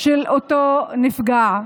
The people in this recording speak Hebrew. של אותו נפגע.